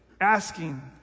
asking